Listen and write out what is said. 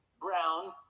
brown